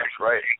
right